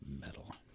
metal